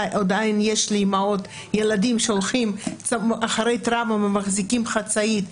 עדיין יש לאימהות ילדים אחרי טראומה שהולכים ומחזיקים את החצאית,